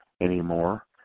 anymore